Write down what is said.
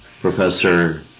Professor